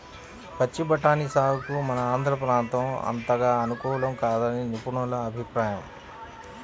పచ్చి బఠానీ సాగుకు మన ఆంధ్ర ప్రాంతం అంతగా అనుకూలం కాదని నిపుణుల అభిప్రాయం